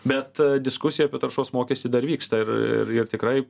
bet diskusija apie taršos mokestį dar vyksta ir ir tikrai